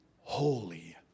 holy